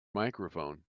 microphone